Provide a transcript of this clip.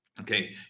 Okay